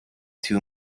two